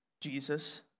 Jesus